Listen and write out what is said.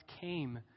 came